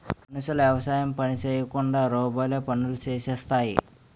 మనుషులు యవసాయం పని చేయకుండా రోబోలే పనులు చేసేస్తాయి